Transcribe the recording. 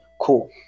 cool